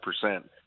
percent